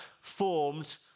formed